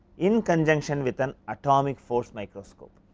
in conjunction with an atomic force microscopic.